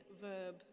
verb